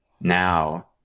now